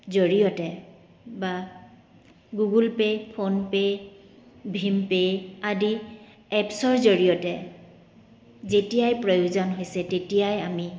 জৰিয়তে বা Google Pay PhonePe' ভীম পে' আদি এপছৰ জৰিয়তে যেতিয়াই প্ৰয়োজন হৈছে তেতিয়াই আমি